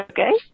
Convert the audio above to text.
Okay